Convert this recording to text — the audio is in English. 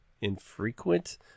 infrequent